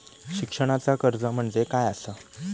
शिक्षणाचा कर्ज म्हणजे काय असा?